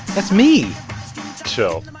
that's me chill